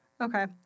Okay